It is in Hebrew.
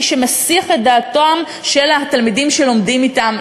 שמסיח את דעתם של התלמידים שלומדים אתן,